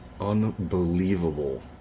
unbelievable